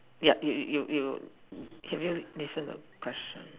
ya you you you have you listened a question